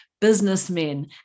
businessmen